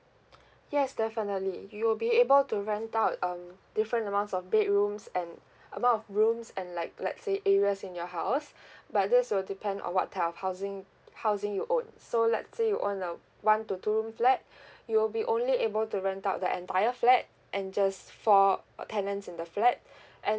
yes definitely you'll be able to rent out um different amounts of bedrooms and amount of rooms and like let's say areas in your house but this will depend on what type of housing housing you own so let's say you own a one to two room flat you will be only be able to rent out the entire flat and just for uh tenants in the flat and